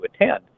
attend